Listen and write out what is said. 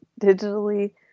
Digitally